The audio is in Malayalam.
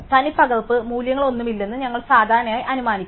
തനിപ്പകർപ്പ് മൂല്യങ്ങളൊന്നുമില്ലെന്ന് ഞങ്ങൾ സാധാരണയായി അനുമാനിക്കും